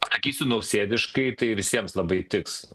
sakysiu nausėdiškai tai visiems labai tiks